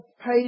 paid